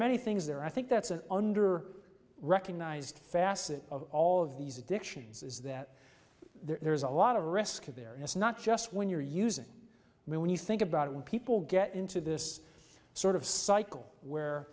many things there i think that's an under recognized facet of all of these addictions is that there's a lot of risk of there and it's not just when you're using when you think about it when people get into this sort of cycle where